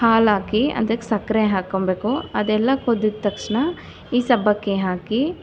ಹಾಲು ಹಾಕಿ ಅದಕ್ಕೆ ಸಕ್ಕರೆ ಹಾಕೊಳ್ಬೇಕು ಅದೆಲ್ಲ ಕುದ್ದಿದ್ದ ತಕ್ಷಣ ಈ ಸಬ್ಬಕ್ಕಿ ಹಾಕಿ